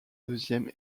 deuxième